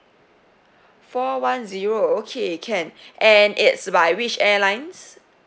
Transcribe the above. four one zero okay can and it's by which airlines